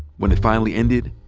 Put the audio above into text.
when it finally ended,